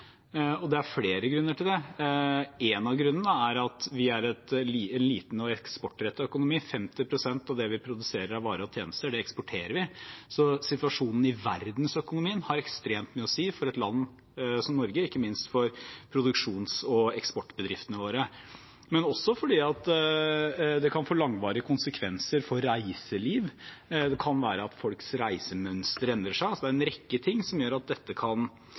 Det er flere grunner til det, og én av dem er at vi er en liten og eksportrettet økonomi. 50 pst. av det vi produserer av varer og tjenester, eksporterer vi, så situasjonen i verdensøkonomien har ekstremt mye å si for et land som Norge, ikke minst for produksjons- og eksportbedriftene våre, men også fordi det kan få langvarige konsekvenser for reiselivet. Det kan være at folks reisemønster endrer seg. Det er en rekke ting som gjør at dette kan